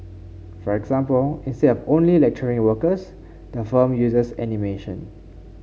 for example instead of only lecturing workers the firm uses animation